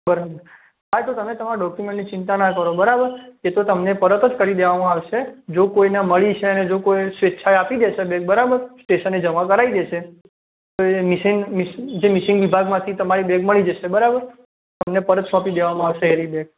બરાબર હા એ તો તમે તમારા ડોક્યુમેન્ટની ચિંતા ના કરો બરાબર એ તો તમને પરત જ કરી દેવામાં આવશે જો કોઈને મળી જશે ને જો કોઇ સ્વેચ્છાએ આપી દેશે બરાબર સ્ટેશને જમા કરાવી દેશે મિસિંગ મિસ જે મિસિંગ વિભાગમાંથી તમારી બેગ મળી જશે બરાબર તમને પરત સોંપી દેવામાં આવશે એ રહી બેગ